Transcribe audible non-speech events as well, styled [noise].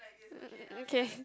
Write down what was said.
[noise] okay